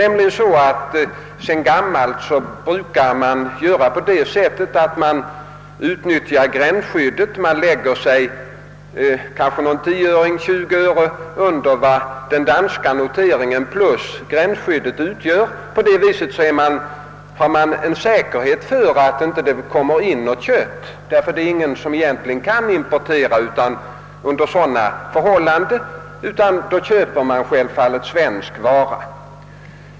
Sedan gammalt brukar man nämligen utnyttja gränsskyddet så att man går kanske 10 å 20 öre under vad den danska noteringen plus gränsskyddet utgör. På det sättet har man garderat sig mot att det inte kommer in något kött, därför att det är egentligen ingen som kan importera under sådana förhållanden, och då köper folk självfallet svensk vara.